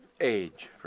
age